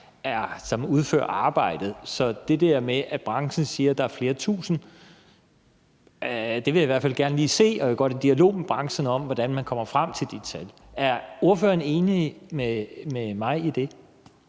som udfører arbejdet. Så når branchen siger, at der er flere tusind, vil jeg i hvert fald gerne lige se det, og jeg vil gerne have en dialog med branchen om, hvordan man kommer frem til de tal. Er ordføreren enig med mig i det?